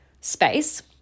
space